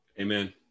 Amen